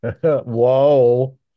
Whoa